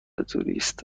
توریست